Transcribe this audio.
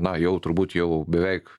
na jau turbūt jau beveik